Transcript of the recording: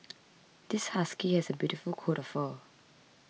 this husky has a beautiful coat of fur